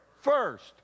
first